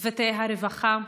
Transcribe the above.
צוותי הרווחה,